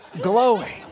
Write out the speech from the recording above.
glowing